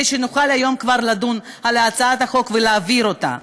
שנוכל כבר היום לדון על הצעת החוק ולהעביר אותה.